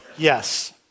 Yes